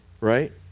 right